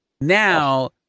now